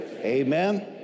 Amen